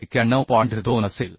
2 असेल